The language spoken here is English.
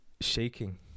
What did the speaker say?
shaking